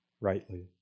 rightly